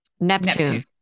Neptune